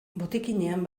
botikinean